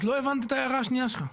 אז לא הבנתי את ההערה השנייה שלך.